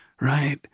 right